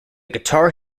guitar